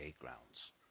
grounds